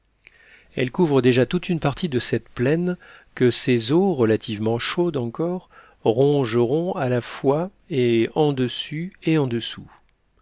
elle couvre déjà toute une partie de cette plaine que ses eaux relativement chaudes encore rongeront à la fois et en dessus et